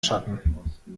schatten